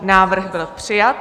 Návrh byl přijat.